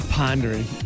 pondering